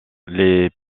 les